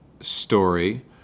story